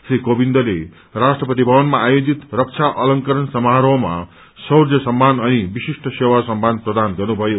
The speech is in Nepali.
श्री कोविन्दले राष्ट्रपति भवनमा आयोजित रक्षा अलंकरण समारोहमा शौर्य सम्मान अनि विशिष्ट सेवा सम्मान प्रदान गर्नुभयो